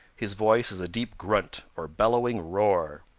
his voice is a deep grunt or bellowing roar.